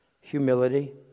humility